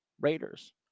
Raiders